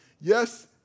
Yes